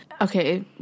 okay